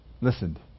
listened